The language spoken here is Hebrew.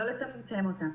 לא לצמצם אותם.